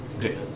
Okay